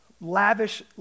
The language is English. lavish